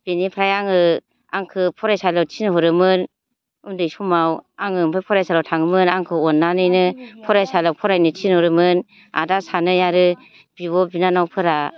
बिनिफ्राय आङो आंखो फरायसालियाव थिनहरोमोन उन्दै समाव आङो ओमफ्राय फरायसालियाव थाङोमोन आंखौ अननानैनो फरायसालियाव फरायनो थिनहरोमोन आदा सानै आरो बिब' बिनानावफोरा